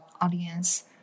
audience